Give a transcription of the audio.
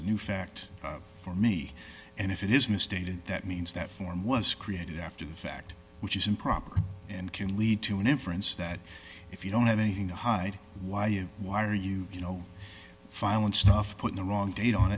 a new fact for me and if it is misstated that means that form was created after the fact which is improper and can lead to an inference that if you don't have anything to hide why you why are you you know filing stuff put the wrong date on